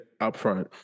upfront